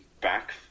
back